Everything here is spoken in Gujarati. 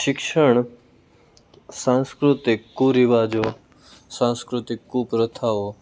શિક્ષણ સાંસ્કૃતિક કુરિવાજો સાંસ્કૃતિક કુપ્રથાઓ